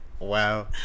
wow